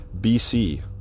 bc